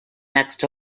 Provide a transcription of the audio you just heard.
next